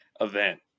event